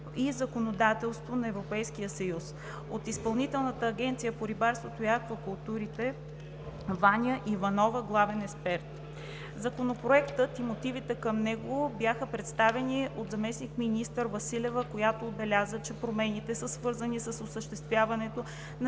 и законодателство на Европейския съюз“; от Изпълнителната агенция по рибарство и аквакултури (ИАРА) Ваня Иванова – главен експерт. Законопроектът и мотивите към него бяха представени от заместник-министър Василева, която отбеляза, че промените са свързани с осъществяването на